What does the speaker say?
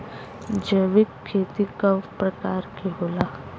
जैविक खेती कव प्रकार के होला?